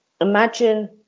imagine